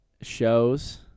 shows